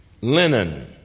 linen